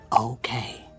okay